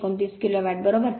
829 kilowatt बरोबर